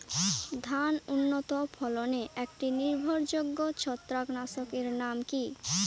ধান উন্নত ফলনে একটি নির্ভরযোগ্য ছত্রাকনাশক এর নাম কি?